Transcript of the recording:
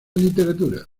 literatura